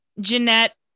Jeanette